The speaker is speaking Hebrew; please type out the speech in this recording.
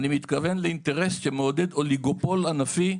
אני מתכוון לאינטרס שמעודד אוליגופול ענפי,